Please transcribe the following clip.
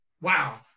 Wow